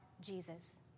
Jesus